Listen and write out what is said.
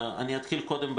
קודם כול,